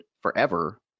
forever